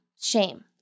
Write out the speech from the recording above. Shame